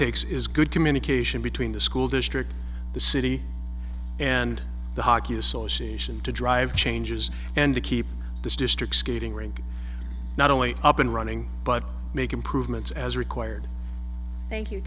takes is good communication between the school district the city and the hockey association to drive changes and to keep this district skating rink not only up and running but make improvements as required